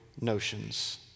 notions